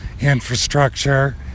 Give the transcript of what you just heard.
infrastructure